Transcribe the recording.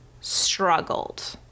struggled